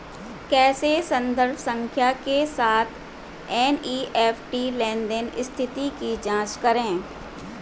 कैसे संदर्भ संख्या के साथ एन.ई.एफ.टी लेनदेन स्थिति की जांच करें?